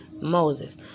Moses